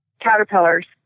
caterpillars